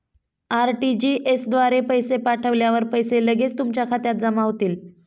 RTGS द्वारे पैसे पाठवल्यावर पैसे लगेच तुमच्या खात्यात जमा होतील